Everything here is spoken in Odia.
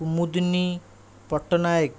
କୁମୁଦୁନି ପଟ୍ଟନାୟକ